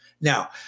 Now